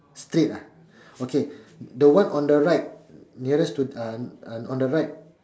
straight ah okay the one on the right nearest to uh uh on the right